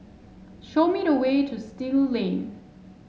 show me the way to Still Lane